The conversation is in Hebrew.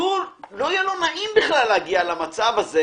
שלא יהיה לו נעים בכלל להגיע למצב הזה